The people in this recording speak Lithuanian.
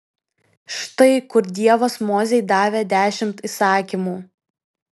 štai kur dievas mozei davė dešimt įsakymų